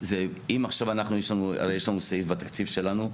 הרי יש לנו סעיף בתקציב שלנו,